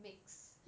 mix